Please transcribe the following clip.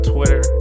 Twitter